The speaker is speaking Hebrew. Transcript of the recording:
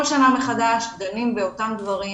כל שנה מחדש דנים באותם דברים,